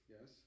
Yes